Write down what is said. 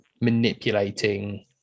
manipulating